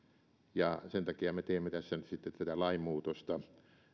ja sen takia me nyt teemme tässä tätä lainmuutosta